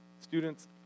students